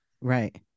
right